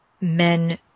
men